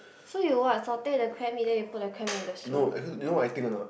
so you what satay the crab meat then you put the crab meat in the soup